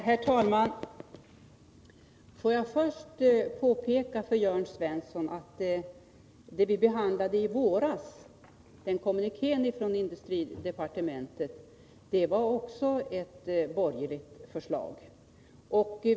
Herr talman! Får jag först påpeka för Jörn Svensson att den kommuniké från industridepartementet som vi behandlade i våras också var ett borgerligt förslag.